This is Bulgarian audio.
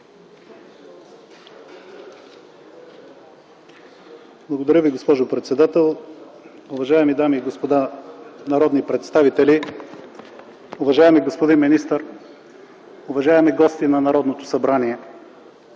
Благодаря Ви, госпожо председател. Уважаеми дами и господа народни представители, уважаеми господин министър, уважаеми гости на Народното събрание!